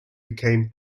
became